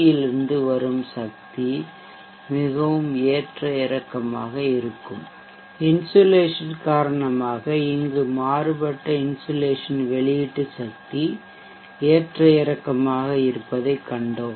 யில் இருந்து வரும் சக்தி மிகவும் ஏற்ற இறக்கமாக இருக்கிறது இன்சுலேஷன் காரணமாக இங்கு மாறுபட்ட இன்சுலேஷன் வெளியீட்டு சக்தி ஏற்ற இறக்கமாக இருப்பதைக் கண்டோம்